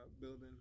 building